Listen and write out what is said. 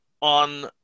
on